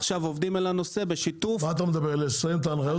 עובדים עכשיו על הנושא בשיתוף --- לסיים את ההנחיות?